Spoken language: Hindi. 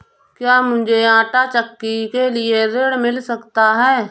क्या मूझे आंटा चक्की के लिए ऋण मिल सकता है?